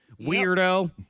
Weirdo